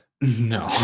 No